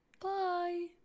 Bye